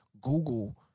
Google